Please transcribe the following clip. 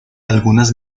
algunas